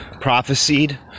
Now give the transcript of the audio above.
prophesied